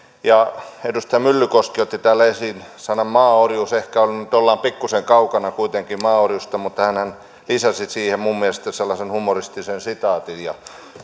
edustaja myllykoski otti täällä esiin sanan maaorjuus ehkä nyt ollaan pikkuisen kaukana kuitenkin maaorjuudesta mutta hänhän lisäsi siihen minun mielestäni sellaisen humoristisen sitaatin ja